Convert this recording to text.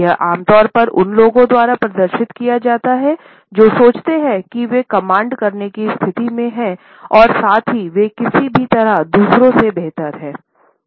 यह आमतौर पर उन लोगों द्वारा प्रदर्शित किया जाता है जो सोचते हैं कि वे कमांड करने की स्थिति में हैं और साथ ही वे किसी भी तरह दूसरों से बेहतर हैं